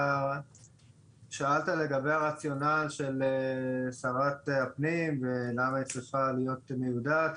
שאלת לגבי הרציונל של שרת הפנים ולמה היא צריכה להיות מיודעת,